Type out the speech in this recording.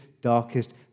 darkest